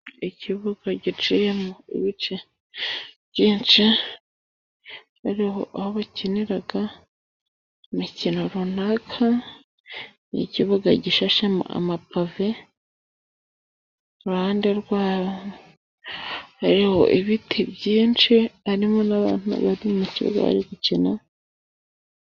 Ikibuga giciyemo ibice byinshi, birimo aho bakinira imikino runaka, ni ikibuga gishashemo amapave, iruhande rwaho hariho ibiti byinshi, harimo n'abantu bari mukibuga bari gukina.